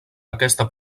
aquesta